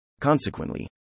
Consequently